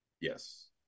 yes